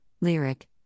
Lyric